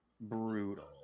brutal